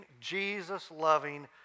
Jesus-loving